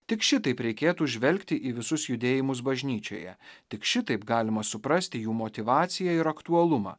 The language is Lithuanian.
tik šitaip reikėtų žvelgti į visus judėjimus bažnyčioje tik šitaip galima suprasti jų motyvaciją ir aktualumą